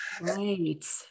Right